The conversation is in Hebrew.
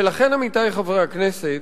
ולכן, עמיתי חברי הכנסת,